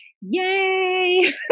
Yay